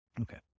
Okay